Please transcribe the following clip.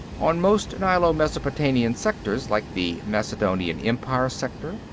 on most nilo-mesopotamian sectors, like the macedonian empire sector,